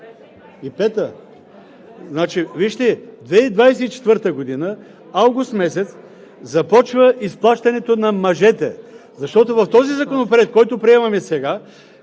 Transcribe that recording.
2025-а? Вижте, 2024 г., август месец започва изплащането на мъжете, защото в този законопроект, който приемаме сега,